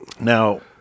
Now